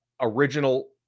original